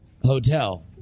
Hotel